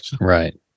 Right